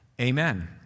Amen